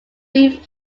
being